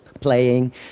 playing